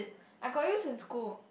I got use in school